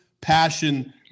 passion